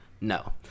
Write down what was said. No